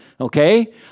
Okay